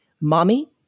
mommy